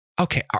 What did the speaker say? okay